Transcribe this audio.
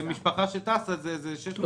למשפחה שטסה זה יכול להגיע ל-600 שקלים.